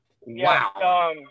wow